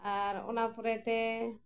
ᱟᱨ ᱚᱱᱟ ᱯᱚᱨᱮᱛᱮ